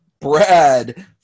Brad